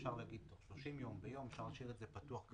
אפשר להגיד 30 ימים, אפשר להשאיר את זה פתוח.